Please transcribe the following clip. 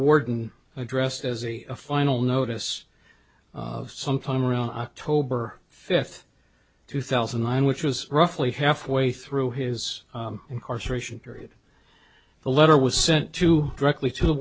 warden addressed as a final notice sometime around october fifth two thousand and nine which was roughly halfway through his incarceration period the letter was sent to directly to the